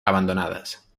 abandonadas